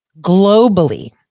globally